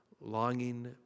longing